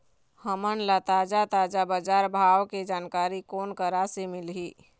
हमन ला ताजा ताजा बजार भाव के जानकारी कोन करा से मिलही?